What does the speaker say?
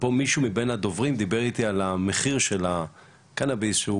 מישהו מבין הדוברים דיבר איתי על המחיר של הקנאביס שהוא